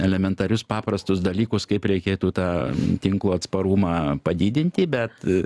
elementarius paprastus dalykus kaip reikėtų tą tinklo atsparumą padidinti bet